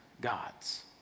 gods